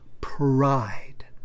pride